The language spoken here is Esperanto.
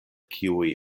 kiuj